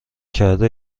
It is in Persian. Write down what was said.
کرده